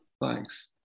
Thanks